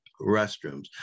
restrooms